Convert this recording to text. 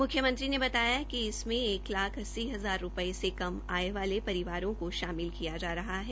म्ख्यमंत्री ने बताया कि इसमें डेढ़ लाख अस्सी हजार रूपये से कम आय वाले परिवारों को शामिल किया जा रहा है